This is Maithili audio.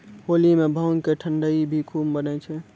होली मॅ भांग के ठंडई भी खूब बनै छै